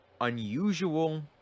unusual